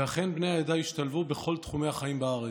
ואכן, בני העדה השתלבו בכל תחומי החיים בארץ.